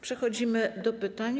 Przechodzimy do pytań.